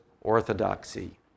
orthodoxy